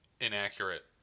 Inaccurate